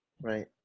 Right